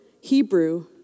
Hebrew